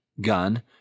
gun